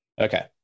Okay